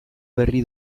berri